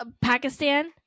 Pakistan